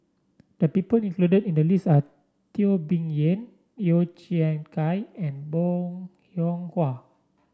the people included in the list are Teo Bee Yen Yeo Kian Chye and Bong Hiong Hwa